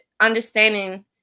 understanding